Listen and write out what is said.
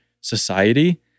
society